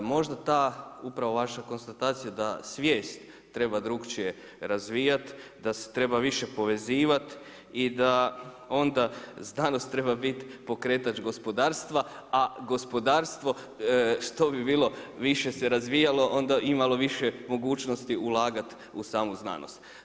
Možda ta upravo vaša konstatacija da svijest treba drukčije razvija, da se treba više povezivati i da onda znanost treba biti pokretač gospodarstva a gospodarstvo što bi bilo više se razvijalo onda imalo više mogućnosti ulagati u samu znanost.